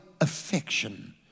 affection